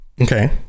okay